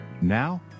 Now